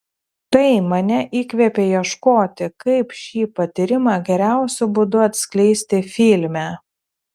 tai mane įkvėpė ieškoti kaip šį patyrimą geriausiu būdu atskleisti filme